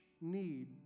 need